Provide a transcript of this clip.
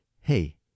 Hey